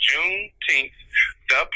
Juneteenth